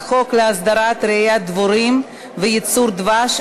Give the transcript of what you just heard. חוק להסדרת רעיית דבורים וייצור דבש,